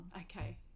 Okay